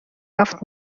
یافت